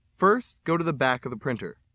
first go to the back of the printer.